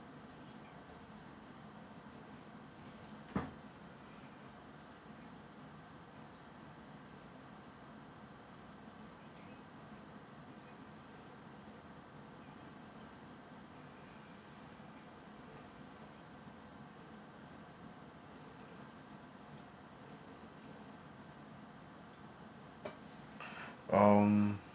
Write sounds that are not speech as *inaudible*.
*noise* um